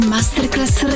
Masterclass